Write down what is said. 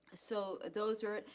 so those are it.